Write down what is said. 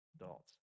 adults